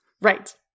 Right